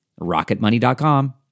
rocketmoney.com